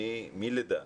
עולה מלידה